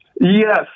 Yes